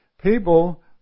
People